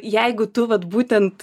jeigu tu vat būtent